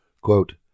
Quote